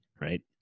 right